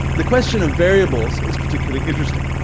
the question of variables is particularly interesting.